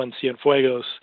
Cienfuegos